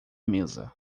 mesa